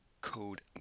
code